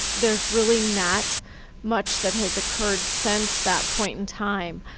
there's really not much that has occurred since that point in time.